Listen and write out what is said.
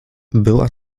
była